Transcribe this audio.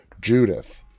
Judith